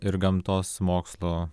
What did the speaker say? ir gamtos mokslų